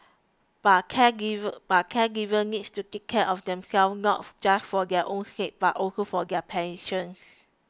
but caregivers but caregivers needs to take care of themselves not just for their own sake but also for their patients